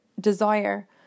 desire